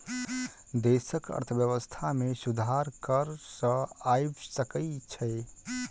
देशक अर्थव्यवस्था में सुधार कर सॅ आइब सकै छै